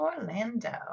Orlando